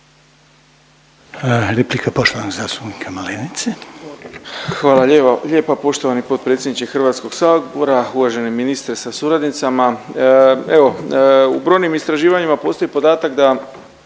**Malenica, Ivan (HDZ)** Hvala lijepa poštovani potpredsjedniče Hrvatskog sabora. Uvaženi ministre sa suradnicama, evo u brojnim istraživanjima postoji podatak da